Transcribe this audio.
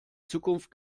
zukunft